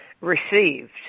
received